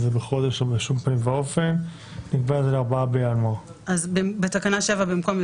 מכריזה הממשלה לאמור: תיקון התוספת בהכרזת סמכויות